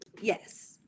yes